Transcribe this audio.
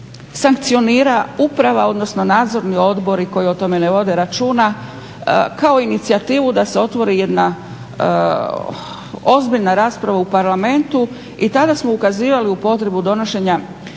sankcionira uprava, odnosno Nadzorni odbori koji o tome ne vode računa. Kao inicijativu da se otvori jedna ozbiljna rasprava u Parlamentu. I tada smo ukazivali u potrebu donošenja